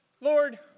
Lord